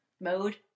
mode